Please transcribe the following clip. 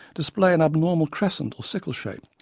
display an abnormal crescent or sickle shape,